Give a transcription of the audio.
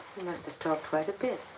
you must have talked quite a bit.